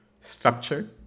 structure